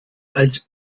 als